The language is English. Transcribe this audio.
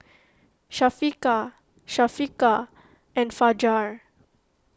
Syafiqah Syafiqah and Fajar